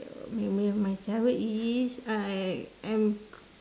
memory of my childhood is I I'm